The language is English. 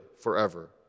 forever